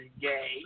gay